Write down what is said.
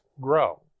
grow